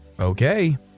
Okay